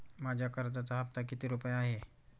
माझ्या कर्जाचा हफ्ता किती रुपये आहे?